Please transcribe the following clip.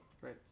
right